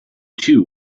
too